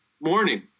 morning